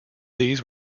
these